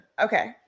okay